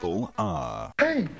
Hey